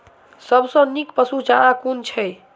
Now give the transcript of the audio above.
सबसँ नीक पशुचारा कुन छैक?